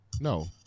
No